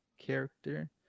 character